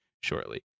shortly